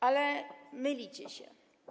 Ale mylicie się.